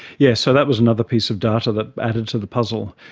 yes, so that was another piece of data that added to the puzzle.